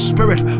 Spirit